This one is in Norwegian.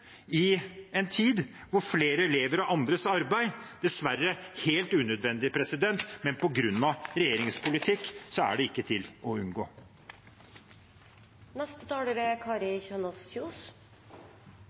i en tid da flere lever av andres arbeid – dessverre helt unødvendig – men på grunn av regjeringens politikk er det ikke til å unngå.